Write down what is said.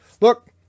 Look